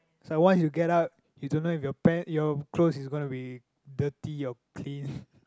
so once you get out you don't know if your pants your clothes is going to be dirty or clean